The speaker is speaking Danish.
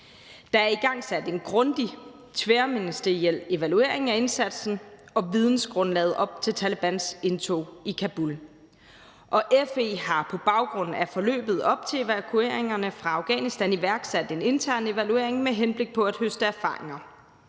Der er igangsat en grundig tværministeriel evaluering af indsatsen og vidensgrundlaget op til Talebans indtog i Kabul, og FE har på baggrund af forløbet op til evakueringerne fra Afghanistan iværksat en intern evaluering med henblik på at høste erfaringer.